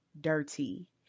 dirty